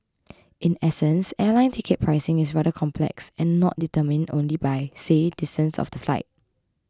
in essence airline ticket pricing is rather complex and not determined only by say distance of the flight